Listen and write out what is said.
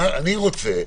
אני רוצה,